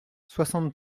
soixante